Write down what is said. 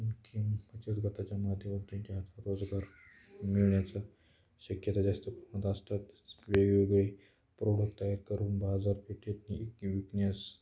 किंवा बचत गटाच्या माध्यमात त्यांच्या आ रोजगार मिळण्याचा शक्यता जास्त प्रमाणात असतात वेगवेगळे प्रोडक् तयार करून बाजारपेठेत विकण्यास